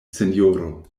sinjoro